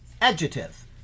adjective